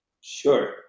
Sure